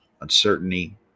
Uncertainty